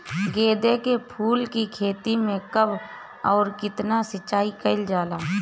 गेदे के फूल के खेती मे कब अउर कितनी सिचाई कइल जाला?